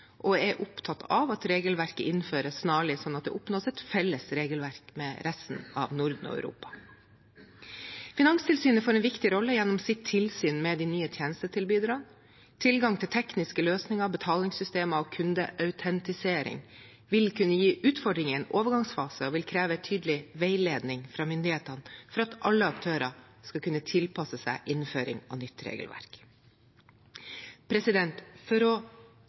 og er opptatt av at regelverket innføres snarlig, sånn at det oppnås et felles regelverk med resten av Norden og Europa. Finanstilsynet får en viktig rolle gjennom sitt tilsyn med de nye tjenestetilbyderne. Tilgang til tekniske løsninger, betalingssystemer og kundeautentisering vil kunne gi utfordringer i en overgangsfase og vil kreve tydelig veiledning fra myndighetene for at alle aktører skal kunne tilpasse seg innføring av nytt regelverk. For å